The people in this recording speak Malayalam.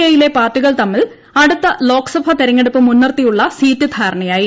എ യിലെ പാർട്ടികൾ തമ്മിൽ അടുത്ത ലോക്സഭ തെരഞ്ഞെടുപ്പ് മുൻനിർത്തിയിട്ടുള്ള സീറ്റ് ധാരണയായി